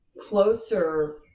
closer